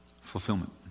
fulfillment